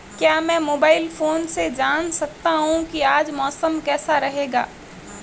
क्या मैं mobile phone से जान सकता हूँ कि आज मौसम कैसा रहेगा?